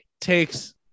takes